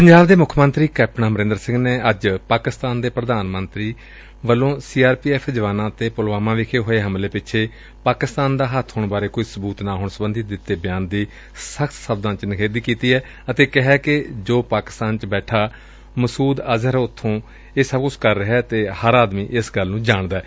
ਪੰਜਾਬ ਦੇ ਮੁੱਖ ਮੰਤਰੀ ਕੈਪਟਨ ਅਮਰੰਦਰ ਸਿੰਘ ਨੇ ਅੱਜ ਪਾਕਿਸਤਾਨ ਦੇ ਪ੍ਰਧਾਨ ਮੰਤਰੀ ਇਮਰਾਨ ਖ਼ਾਨ ਵੱਲੋਂ ਸੀ ਆਰ ਪੀ ਐਫ਼ ਜਵਾਨਾਂ ਤੇ ਪੁਲਵਾਮਾ ਵਿਚ ਹੋਏ ਹਮਲੇ ਪਿੱਛੇ ਪਾਕਿਸਤਾਨ ਦਾ ਹੱਬ ਹੋਣ ਬਾਰੇ ਕੋਈ ਸਬੁਤ ਨਾ ਹੋਣ ਸਬੰਧੀ ਦਿੱਤੇ ਬਿਆਨ ਦੀ ਸਖ਼ਤ ਸ਼ਬਦਾ ਚ ਨਿਖੇਧੀ ਕਰਦਿਆ ਕਿਹਾ ਕਿ ਜੋ ਪਾਕਿਸਤਾਨ ਵਿਚ ਬੈਠਾ ਮਸੂਦ ਅਜ਼ਹਰ ਉਥੋ ਇਹ ਸਭ ਕੁਝ ਕਰ ਰਿਹਾ ਡੇ ਹਰ ਆਦਮੀ ਇਸ ਗੱਲ ਨੂੰ ਜਾਣਦੈ